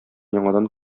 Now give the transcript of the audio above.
яңадан